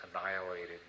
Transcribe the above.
annihilated